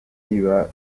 iba